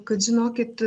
kad žinokit